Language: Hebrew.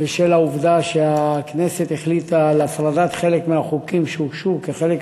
(הוראת שעה), התשע"ג 2013, קריאה